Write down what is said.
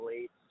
late